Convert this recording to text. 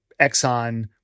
Exxon